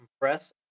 compress